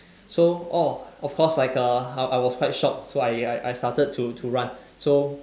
so orh of course like err I I was quite shocked so I I I started to to run so